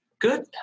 good